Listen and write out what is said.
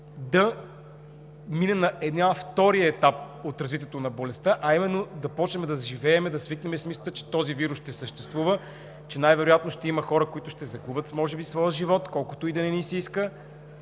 да мине на втори етап от развитието на болестта, а именно да започнем да живеем, да свикнем с мисълта, че този вирус ще съществува, че най-вероятно ще има хора, които ще загубят може би своя живот, колкото и да не ни се иска,